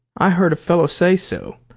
i heard a fellow say so.